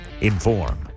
Inform